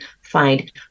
find